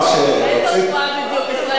אמרת שאין אף נציג ממשלה